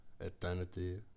Eternity